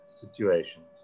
situations